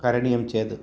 करणीयं चेद्